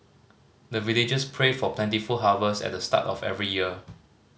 the villagers pray for plentiful harvest at the start of every year